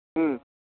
ᱦᱩᱸ